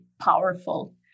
powerful